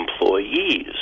employees